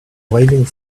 waving